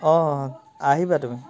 অঁ অঁ আহিবা তুমি